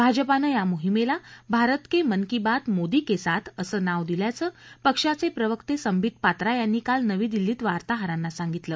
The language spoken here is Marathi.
भाजपानं या मोहिमेला भारत के मन की बात मोदी के साथ असं नाव दिल्याचं पक्षाचे प्रवक्ते संबित पात्रा यांनी काल नवी दिल्लीत वार्ताहरांना सांगितलं